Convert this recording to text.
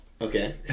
Okay